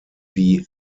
wie